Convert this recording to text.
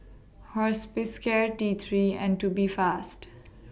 Hospicare T three and Tubifast